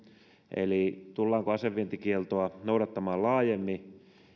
eli tullaanko asevientikieltoa noudattamaan laajemmin